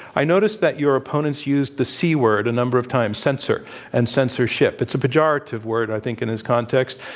i notice that your opponents used the c word a number of times, censor and censorship. it's a pejorative word, i think, in this context.